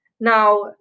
now